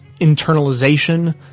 internalization